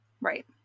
Right